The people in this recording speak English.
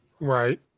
Right